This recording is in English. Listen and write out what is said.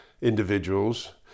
individuals